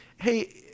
Hey